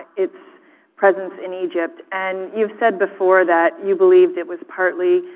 its presence in egypt. and you've said before that you believed it was partly,